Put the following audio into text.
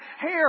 hair